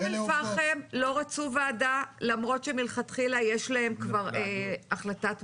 אום אל פאחם לא רצו ועדה למרות שמלכתחילה יש להם כבר החלטת מועצה.